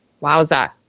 wowza